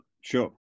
Sure